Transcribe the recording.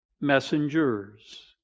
messengers